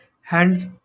hands